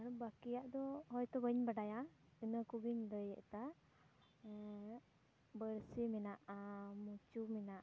ᱟᱨ ᱵᱟᱠᱤᱭᱟᱜ ᱫᱚ ᱦᱳᱚᱛᱚ ᱵᱟᱹᱧ ᱵᱟᱰᱟᱭᱟ ᱤᱱᱟᱹ ᱠᱚᱜᱮᱧ ᱞᱟᱹᱭᱮᱫᱟ ᱵᱟᱹᱲᱥᱤ ᱢᱮᱱᱟᱜᱼᱟ ᱢᱩᱪᱩ ᱢᱮᱱᱟᱜᱼᱟ